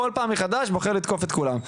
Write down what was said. כל פעם מחדש בוחר לתקוף את כולם.